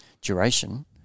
duration